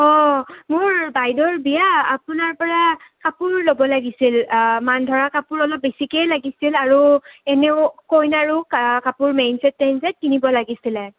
অঁ মোৰ বাইদেউৰ বিয়া আপোনাৰ পৰা কাপোৰ ল'ব লাগিছিল মান ধৰা কাপোৰ অলপ বেছিকেই লাগিছিল আৰু এনেও কইনাৰো কাপোৰ মেইন ছেট তেইন ছেট কিনিব লাগিছিলে